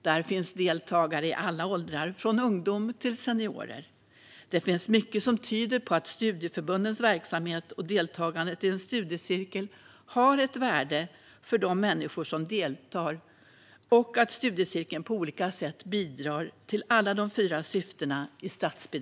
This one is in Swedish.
Där finns deltagare i alla åldrar, från ungdomar till seniorer. Det finns mycket som tyder på att studieförbundens och studiecirklarnas verksamhet har ett värde för de människor som deltar och att studiecirkeln på olika sätt bidrar till alla statsbidragets fyra syften.